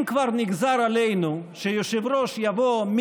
אם כבר נגזר עלינו שיושב-ראש יבוא,